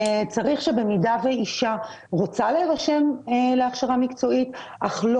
צריך שבמידה ואישה רוצה להירשם להכשרה מקצועית אך לא